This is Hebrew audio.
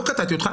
לא קטעתי אותך.